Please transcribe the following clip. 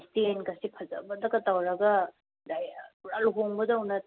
ꯁ꯭ꯇꯦꯟꯒꯁꯤ ꯐꯖꯕꯗꯒ ꯇꯧꯔꯒ ꯄꯨꯔꯥ ꯂꯨꯍꯣꯡꯕꯗꯧꯅ